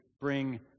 bring